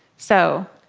so,